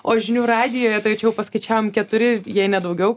o žinių radijuje tai čia jau paskaičiavom keturi jei ne daugiau